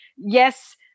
yes